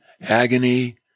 agony